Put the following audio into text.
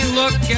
look